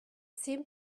seemed